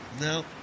No